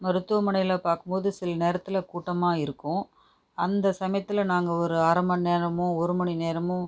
மருத்துவமனையில் பார்க்கும் போது சில நேரத்தில் கூட்டமாக இருக்கும் அந்த சமயத்தில் நாங்கள் ஒரு அரமணி நேரமோ ஒரு மணி நேரமோ